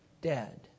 dead